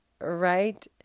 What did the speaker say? Right